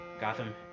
Gotham